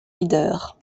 leaders